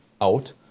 out